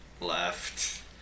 left